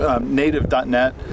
Native.NET